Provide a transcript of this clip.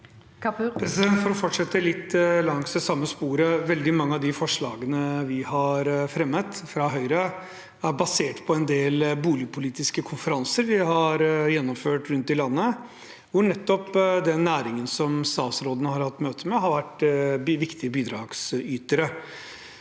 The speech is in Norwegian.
For å fortsette litt langs det samme sporet: Veldig mange av de forslagene vi har fremmet fra Høyre, er basert på en del boligpolitiske konferanser vi har gjennomført rundt i landet, hvor nettopp den næringen som statsråden har hatt møte med, har vært en viktig bidragsyter.